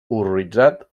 horroritzat